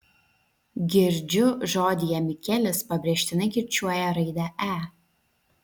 girdžiu žodyje mikelis pabrėžtinai kirčiuoja raidę e